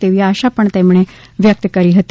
તેવી આશા પણ તેમણે વ્યકત કરી હતી